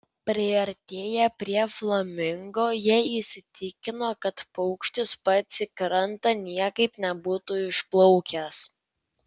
priartėję prie flamingo jie įsitikino kad paukštis pats į krantą niekaip nebūtų išplaukęs